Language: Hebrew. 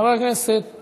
חבר הכנסת